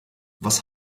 was